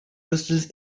crystals